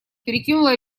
перекинула